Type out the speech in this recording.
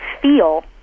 feel